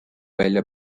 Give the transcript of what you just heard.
välja